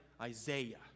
Isaiah